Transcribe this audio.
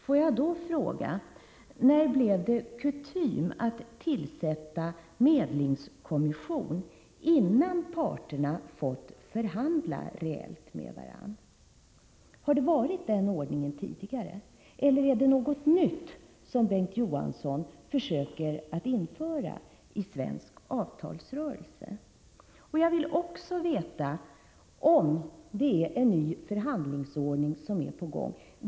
Får jag då fråga: När blev det kutym att tillsätta en medlingskommission innan parterna fått förhandla reellt med varandra? Har det varit denna ordning tidigare, eller är det något nytt som Bengt K. Å. Johansson försöker att införa i svensk avtalsrörelse? Jag vill också veta om det är en ny förhandlingsordning som är på gång.